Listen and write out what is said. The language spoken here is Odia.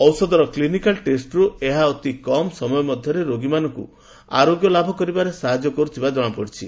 ଔଷଧର କ୍ଲିନିକାଲ୍ ଟେଷ୍ଟରୁ ଏହା ଅତି କମ୍ ସମୟ ମଧ୍ୟରେ ରୋଗୀମାନଙ୍କୁ ଆରୋଗ୍ୟ ଲାଭ କରିବାରେ ସାହାଯ୍ୟ କରୁଥିବା ଜଣାପଡ଼ିଛି